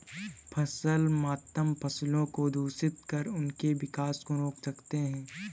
फसल मातम फसलों को दूषित कर उनके विकास को रोक सकते हैं